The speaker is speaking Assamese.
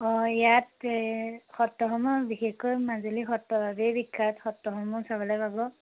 অঁ ইয়াত সত্ৰসমূহ বিশেষকৈ মাজুলী সত্ৰৰ বাবেই বিখ্যাত সত্ৰসমূহ চাবলৈ পাব